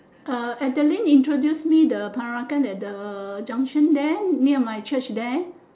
uh adeline introduce me the peranakan at the junction there near my church there